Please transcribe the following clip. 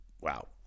wow